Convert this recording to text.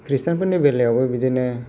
क्रिस्टियानफोरनि बेलायावबो बिदिनो